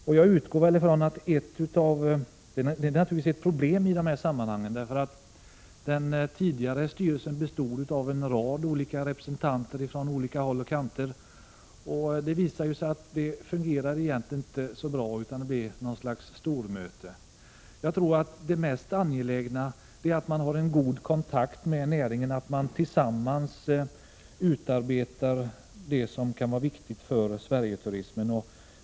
Det kan naturligtvis finnas problem i detta sammanhang, eftersom den tidigare styrelsen bestod av en rad olika representanter från olika håll. Det visade sig att det inte fungerade så bra utan man hade något slags stormöten. Det mest angelägna är att man har en god kontakt med näringen och att man tillsammans med den utarbetar det som kan vara viktigt för Sverigeturismen.